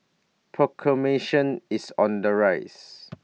is on the rise